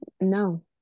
no